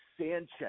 Sanchez